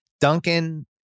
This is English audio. Duncan